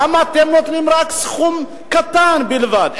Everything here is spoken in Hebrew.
למה אתם נותנים רק סכום קטן בלבד,